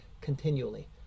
continually